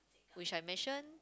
which I mention